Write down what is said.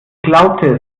glaubte